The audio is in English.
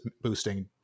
boosting